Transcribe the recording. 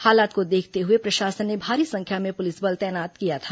हालात को देखते हुए प्रशासन ने भारी संख्या में पुलिस बल तैनात किया था